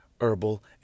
herbal